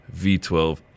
V12